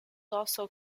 also